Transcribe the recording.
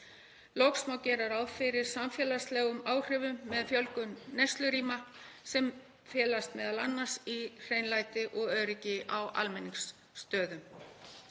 Loks má gera ráð fyrir samfélagslegum áhrifum með fjölgun neyslurýma sem felast m.a. í hreinlæti og öryggi á almenningsstöðum.